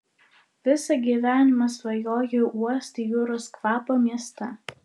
visą gyvenimą svajojau uosti jūros kvapą mieste